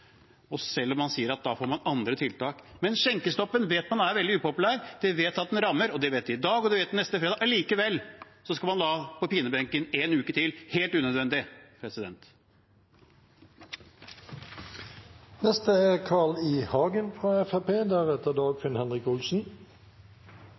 selv om man sier at man da får andre tiltak. Men skjenkestoppen vet man er veldig upopulær, man vet at den rammer. Det vet de i dag, og det vet de neste fredag. Allikevel skal man holde folk på pinebenken én uke til, helt unødvendig. Det står i § 1-5 Grunnleggende krav ved iverksetting av smitteverntiltak, altså i